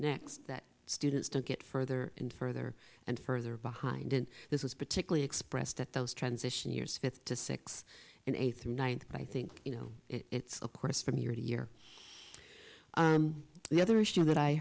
next that students don't get further and further and further behind and this is particularly expressed at those transition years fifth to six and eight through ninth but i think you know it's of course from year to year the other issue that i